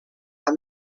and